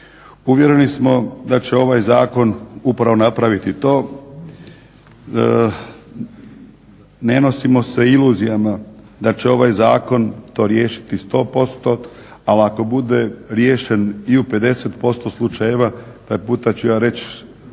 Uvjereni smo da će ovaj zakon upravo napraviti to. Ne nosimo se iluzijama da će ovaj zakon to riješiti 100%, ali ako bude riješen i u 50% slučajeva taj puta ću ja reći